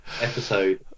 episode